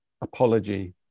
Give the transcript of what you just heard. apology